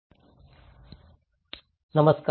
सर्वांना नमस्कार